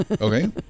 Okay